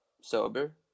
sober